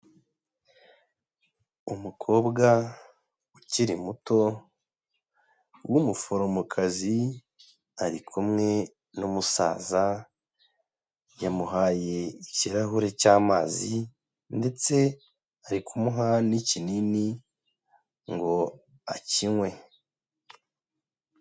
Umukobwa ukiri muto w'umuforomokazi ari kumwe n'umusaza, yamuhaye ikirahure cy'amazi ndetse ari kumuha n'ikinini ngo akinywe.